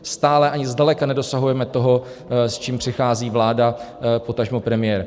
Stále ani zdaleka nedosahujeme toho, s čím přichází vláda, potažmo premiér.